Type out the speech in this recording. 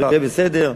האריה בסדר,